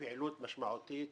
ופעילות משמעותית